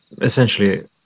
essentially